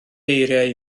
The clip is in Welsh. eiriau